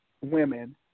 women